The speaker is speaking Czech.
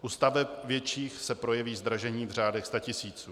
U staveb větších se projeví zdražení v řádech statisíců.